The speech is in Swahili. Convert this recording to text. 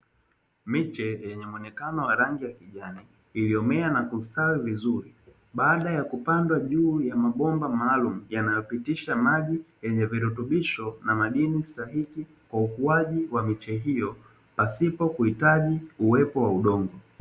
miche yenye muonekano wa rangi omea na kustawi vizuri baada ya kupandwa juu ya mabomba maalumu yanayo pitisha maji yenye virutubisho na madini sahihi kwa kuwa wamecheki hiyo pasipo kuhitaji uwepo wa udongo